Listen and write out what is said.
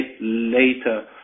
later